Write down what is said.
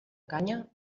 canya